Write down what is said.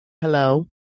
Hello